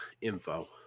info